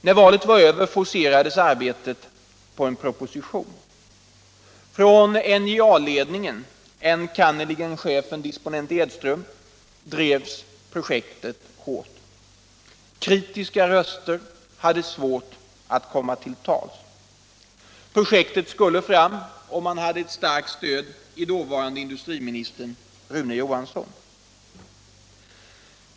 När valet var över forcerades arbetet på en proposition. Från NJA ledningen, enkannerligen chefen disponent Edström, drevs projektet hårt. Kritiska röster hade svårt att komma till tals. Projektet skulle drivas fram, och man hade ett starkt stöd i dåvarande industriministern Rune Johansson.